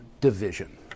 division